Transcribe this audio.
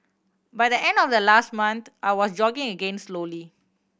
by the end of the last month I was jogging again slowly